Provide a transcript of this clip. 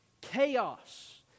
Chaos